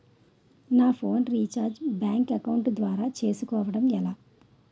నా phone recharge bank account ద్వారా చేసుకోవటం ఎలా?